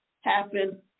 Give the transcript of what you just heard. happen